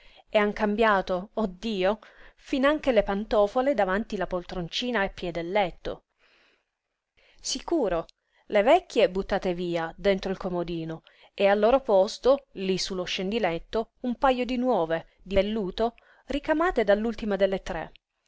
e han cambiato oh dio finanche le pantofole davanti la poltroncina a piè del letto sicuro le vecchie buttate via dentro il comodino e al loro posto lí su lo scendiletto un pajo di nuove di velluto ricamate dall'ultima delle tre